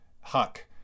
Huck